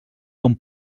com